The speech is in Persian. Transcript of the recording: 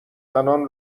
زنان